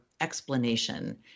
explanation